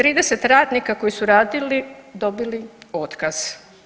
30 radnika koji su radili dobili otkaz.